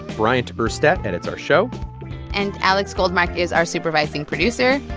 bryant urstadt edits our show and alex goldmark is our supervising producer.